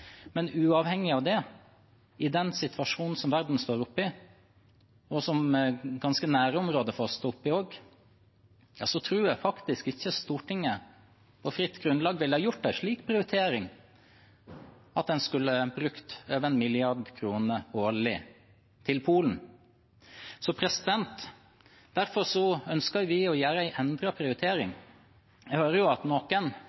Men uavhengig av det – i den situasjonen som verden står oppe i, og som også områder ganske nær oss står oppe i, tror jeg faktisk ikke Stortinget på fritt grunnlag ville ha gjort en slik prioritering at en skulle ha brukt over 1 mrd. kr årlig til Polen. Derfor ønsker vi å gjøre en endret prioritering. Jeg hører at noen